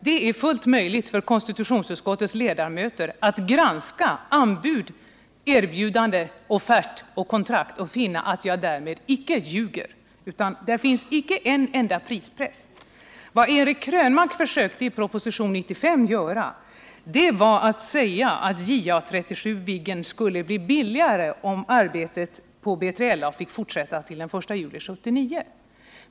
Det är fullt möjligt för konstitutionsutskottets ledamöter att granska anbud, erbjudande, offert och kontrakt och finna att jag inte ljuger. Där finns icke en enda prispress. Vad Eric Krönmark försökte göra i propositionen 95 var att hävda att JA 35 Viggen skulle bli billigare om arbetet på B3LA fick fortsätta till den 1 juli 1979.